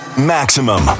Maximum